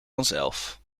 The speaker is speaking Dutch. vanzelf